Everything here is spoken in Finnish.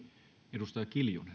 arvoisa herra